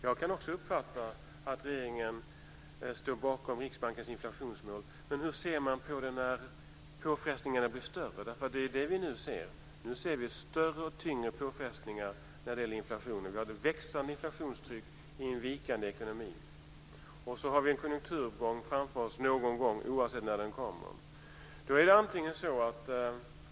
Jag kan också uppfatta att regeringen står bakom Riksbankens inflationsmål, men hur ser man på det när påfrestningarna blir större? Det är ju det vi nu ser. Nu ser vi större och tyngre påfrestningar när det gäller inflationen. Vi har ett växande inflationstryck i en vikande ekonomi. Dessutom har vi en konjunkturuppgång framför oss någon gång, oavsett när den kommer.